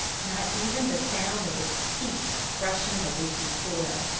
not even the sound of its feet crushing the loosened soil.